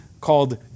called